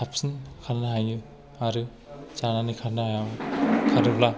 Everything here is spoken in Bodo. साबसिन खारनो हायो आरो जानानै खारनो हाया खारोब्ला